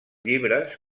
llibres